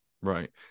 Right